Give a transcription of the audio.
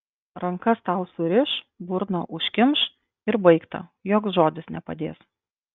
rankas tau suriš burną užkimš ir baigta joks žodis nepadės